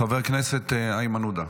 חבר הכנסת איימן עודה,